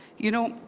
you know,